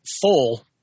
full